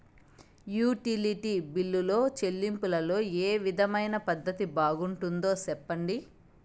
Utility బిల్లులో చెల్లింపులో ఏ విధమైన పద్దతి బాగుంటుందో సెప్పండి?